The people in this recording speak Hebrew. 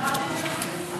חברות וחברי הכנסת,